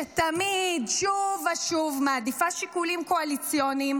שתמיד, שוב ושוב, מעדיפה שיקולים קואליציוניים